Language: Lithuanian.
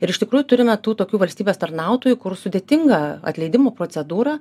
ir iš tikrųjų turime tų tokių valstybės tarnautojų kur sudėtinga atleidimo procedūra